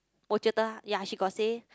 我觉得 yea she got say